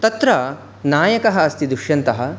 तत्र नायकः अस्ति दुष्यन्तः